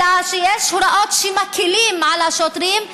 אלא שיש הוראות שמקילות על השוטרים,